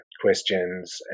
questions